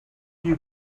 you